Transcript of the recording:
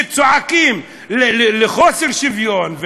כשצועקים על חוסר שוויון,